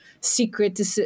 secret